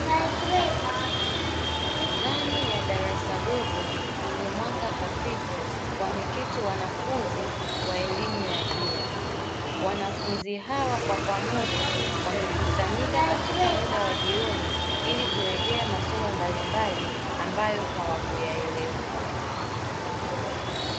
Ndani ya darasa dogo lenye mwanga hafifu, wameketi wanafunzi wa elimu ya juu. Wanafunzi hawa kwa pamoja wamekusanyika katika mda wa jioni ili kurejea masomo mbalimbali ambayo hawakuyaelewa.